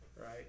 right